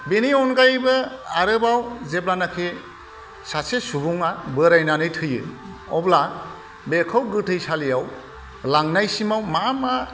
बेनि अनगायैबो आरोबाव जेब्लानाखि सासे सुबुङा बोरायनानै थैयो अब्ला बेखौ गोथैसालियाव लांनायसिमाव मा मा